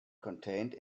contained